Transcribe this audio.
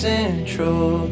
Central